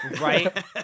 Right